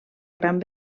gran